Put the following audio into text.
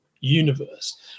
universe